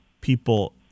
people